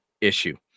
issue